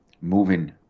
moving